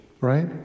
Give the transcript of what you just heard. Right